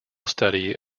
study